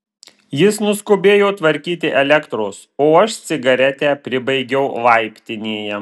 jis nuskubėjo tvarkyti elektros o aš cigaretę pribaigiau laiptinėje